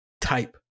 type